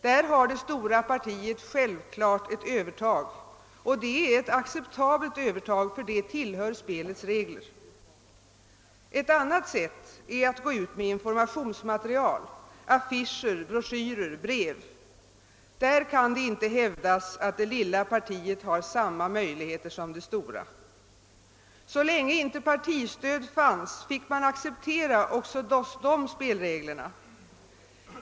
Där har det stora partiet självfallet ett övertag, och det är ett acceptabelt övertag — det tillhör spelets villkor. Ett annat sätt är att gå ut med informationsmaterial: affischer, broschyrer och brev. Där kan det inte hävdas att det lilla partiet har samma möjligheter som det stora. Så länge inte partistöd fanns fick man acceptera även dessa spelregler.